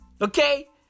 Okay